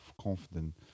confident